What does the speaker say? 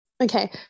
Okay